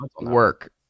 work